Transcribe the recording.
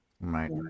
Right